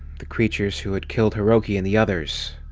the creatures who had killed hiroki and the others.